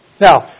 Now